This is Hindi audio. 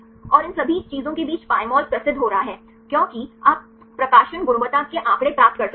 और इन सभी चीजों के बीच Pymol प्रसिद्ध हो रहा है क्योंकि आप प्रकाशन गुणवत्ता के आंकड़े प्राप्त कर सकते हैं